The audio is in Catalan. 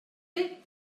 fer